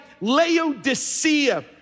Laodicea